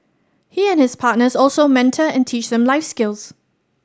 he and his partners also mentor and teach them life skills